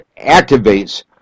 activates